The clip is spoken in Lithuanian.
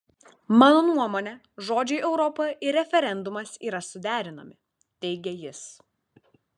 mano nuomone žodžiai europa ir referendumas yra suderinami teigė jis